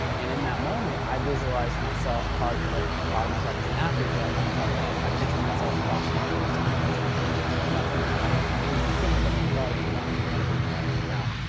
and in that moment i visualized myself, probably cause i've thought of myself as an athlete throughout my entire life, i pictured myself crossing the finish line of a triathlon, which is not something i'd ever done. collegiate swimmer, but never biked or run competitively, nothing like that.